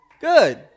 Good